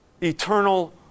eternal